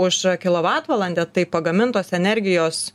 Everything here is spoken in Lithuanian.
už kilovatvalandę tai pagamintos energijos